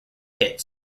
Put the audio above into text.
hit